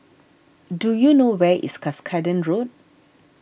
do you know where is Cuscaden Road